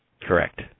Correct